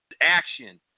action